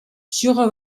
sjogge